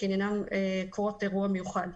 שעניינן אירוע מיוחד.